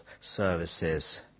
services